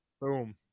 Boom